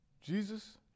Jesus